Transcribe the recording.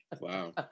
Wow